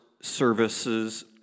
services